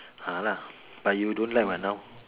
!hanna! but you don't like what now